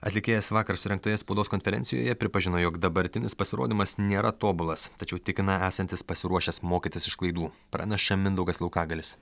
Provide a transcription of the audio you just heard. atlikėjas vakar surengtoje spaudos konferencijoje pripažino jog dabartinis pasirodymas nėra tobulas tačiau tikina esantis pasiruošęs mokytis iš klaidų praneša mindaugas laukagalis